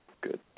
good